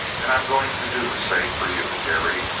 and i'm going to do the same for you, terry.